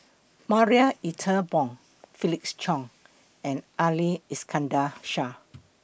Marie Ethel Bong Felix Cheong and Ali Iskandar Shah